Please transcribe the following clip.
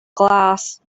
glass